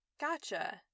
Gotcha